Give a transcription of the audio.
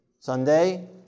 Sunday